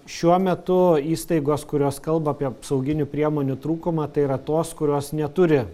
šiuo metu įstaigos kurios kalba apie apsauginių priemonių trūkumą tai yra tos kurios neturi